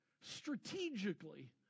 strategically